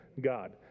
God